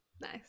Nice